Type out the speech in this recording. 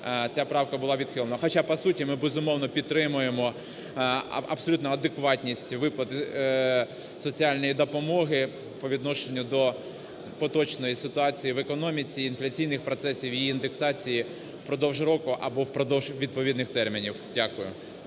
ця правка була відхилена. Хоча по суті ми, безумовно, підтримуємо абсолютно адекватність виплати соціальної допомоги по відношенню до поточної ситуації в економіці, інфляційних процесів, її індексації впродовж року, або впродовж відповідних термінів. Дякую.